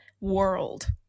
world